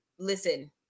listen